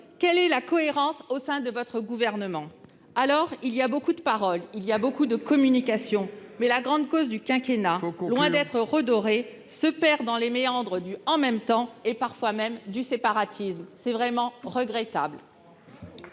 ! Où est la cohérence au sein de votre gouvernement ? Beaucoup de paroles, beaucoup de communication ; mais la grande cause du quinquennat, ... Il faut conclure. ... loin d'être redorée, se perd dans les méandres du « en même temps » et parfois même du séparatisme. C'est vraiment regrettable